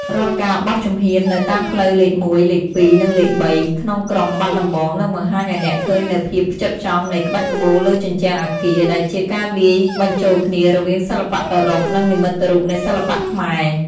រាល់ការបោះជំហាននៅតាមផ្លូវលេខ ១ លេខ ២ និងលេខ ៣ ក្នុងក្រុងបាត់ដំបង នឹងបង្ហាញឱ្យអ្នកឃើញនូវភាពផ្ចិតផ្ចង់នៃក្បាច់ក្បូរលើជញ្ជាំងអគារ ដែលជាការលាយបញ្ចូលគ្នារវាងសិល្បៈអឺរ៉ុប និងនិមិត្តរូបនៃសិល្បៈខ្មែរ។